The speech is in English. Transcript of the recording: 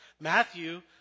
Matthew